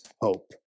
hope